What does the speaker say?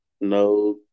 no